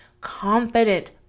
confident